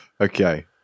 Okay